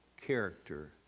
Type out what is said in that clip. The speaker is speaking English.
character